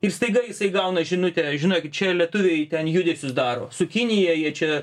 ir staiga jisai gauna žinutę žinokit čia lietuviai ten judesius daro su kinija jie čia